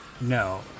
no